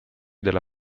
della